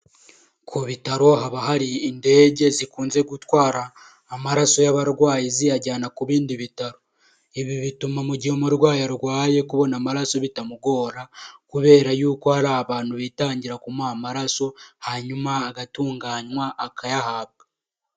Ku bitaro haba hari indege zikunze gutwara amaraso y'abarwayi ziyajyana ku bindi bitaro. Ibi bituma mu gihe umurwayi arwaye kubona amaraso bitamugora kubera yuko hari abantu bitangira kumuha amaraso hanyuma agatunganywa akayahabwa.